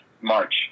March